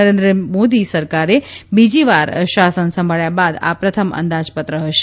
નરેન્દ્ર મોદી સરકારે બીજીવાર શાસન સંભાળ્યા બાદ આ પ્રથમ અંદાજપત્ર હશે